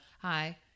hi